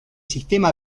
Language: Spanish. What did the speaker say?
sistema